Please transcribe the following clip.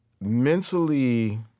mentally